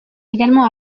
également